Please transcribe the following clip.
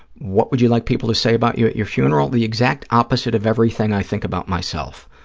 what would you like people to say about you at your funeral? the exact opposite of everything i think about myself.